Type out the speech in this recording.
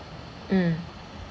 mm